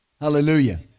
Hallelujah